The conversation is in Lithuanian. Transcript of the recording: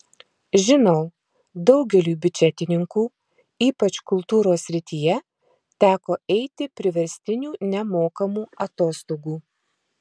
žinau daugeliui biudžetininkų ypač kultūros srityje teko eiti priverstinių nemokamų atostogų